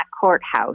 courthouse